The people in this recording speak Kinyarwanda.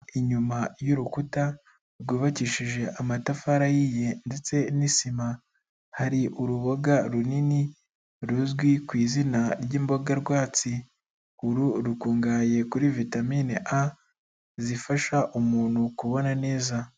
Inyuma y'urukuta rwubakishije amatafari ahiye ndetse n'isima, hari urubuga runini ruzwi ku izina ry'imboga rwatsi, uru rukungahaye kuri vitamine A, zifasha umuntu kubona neza.